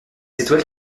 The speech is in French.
étoiles